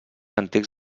antics